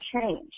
change